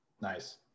nice